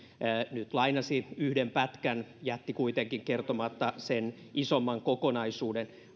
nyt lainasi yhden pätkän jätti kuitenkin kertomatta sen isomman kokonaisuuden